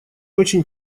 очень